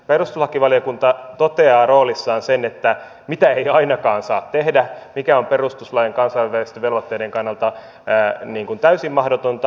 perustuslakivaliokunta toteaa roolissaan sen mitä ei ainakaan saa tehdä mikä on perustuslain ja kansainvälisten velvoitteiden kannalta täysin mahdotonta